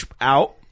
out